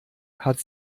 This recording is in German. hat